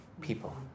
people